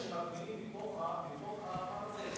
לוודא שמטמינים בתוך האתר הזה.